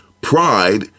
pride